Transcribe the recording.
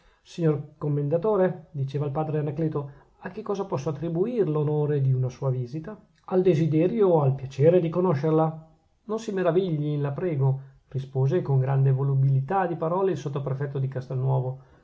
signor commendatore diceva il padre anacleto a che cosa posso attribuir l'onore di una sua visita al desiderio al piacere di conoscerla non si meravigli la prego rispose con grande volubilità di parole il sottoprefetto di castelnuovo